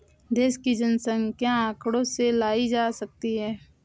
देश की जनसंख्या आंकड़ों से लगाई जा सकती है